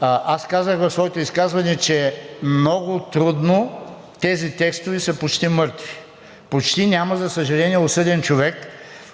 Аз казах в своето изказване, че много трудно – тези текстове са почти мъртви. За съжаление, почти няма осъден човек